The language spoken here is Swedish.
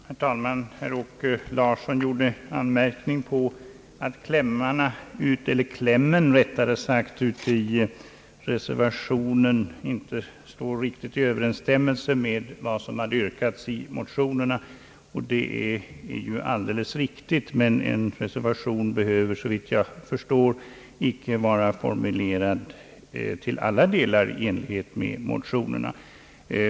Herr talman! Herr åke Larsson riktade en anmärkning mot att klämmen i reservationen inte står i riktig överensstämmelse med vad som yrkats i motionerna, och det är ju ett alldeles riktigt påpekande. Men en reservation behöver såvitt jag förstår icke till alla delar vara formulerad i enlighet med motionerna.